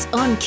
on